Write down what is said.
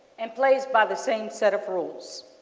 and plays by the same set of rules.